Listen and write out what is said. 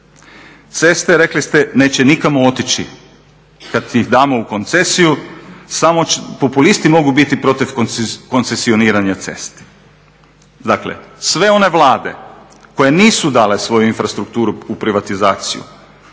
Ceste, rekli ste, neće nikamo otići, kad ih damo u koncesiju, samo populisti mogu biti protiv koncesioniranja cesti. Dakle, sve one Vlade koje nisu dale svoju infrastrukturu u privatizaciju